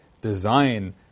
design